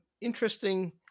interesting